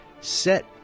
set